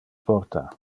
porta